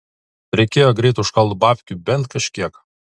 reikėjo greit užkalt babkių bent kažkiek